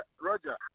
Roger